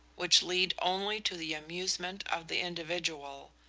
which lead only to the amusement of the individual.